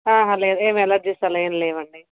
లేదు ఏం ఎలర్జీస్ అలా ఏం లేవండి